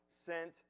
sent